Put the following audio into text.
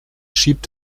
schiebt